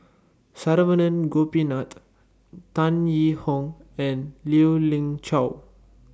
Saravanan Gopinathan Tan Yee Hong and Lien Ying Chow